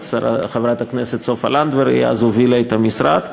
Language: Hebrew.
חברת הכנסת סופה לנדבר שהובילה אז את המשרד.